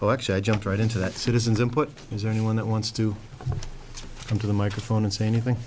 well actually i jumped right into that citizens input is anyone that wants to come to the microphone and say anything